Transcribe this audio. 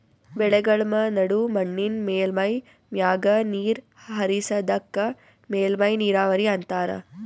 ಬೆಳೆಗಳ್ಮ ನಡು ಮಣ್ಣಿನ್ ಮೇಲ್ಮೈ ಮ್ಯಾಗ ನೀರ್ ಹರಿಸದಕ್ಕ ಮೇಲ್ಮೈ ನೀರಾವರಿ ಅಂತಾರಾ